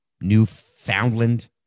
Newfoundland